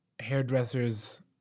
hairdressers